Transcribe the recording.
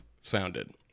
sounded